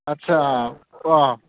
आदसा अ